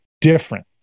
different